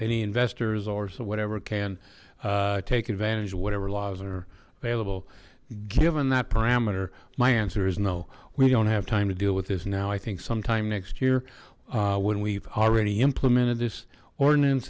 any investors or so whatever can take advantage of whatever laws are available given that parameter my answer is no we don't have time to deal with this now i think sometime next year when we've already implemented this ordinance